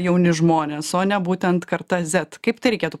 jauni žmonės o ne būtent karta zet kaip tai reikėtų